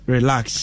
Relax